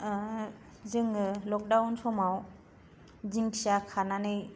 जोङो लकदाउन समाव दिंखिया खानानै